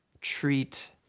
treat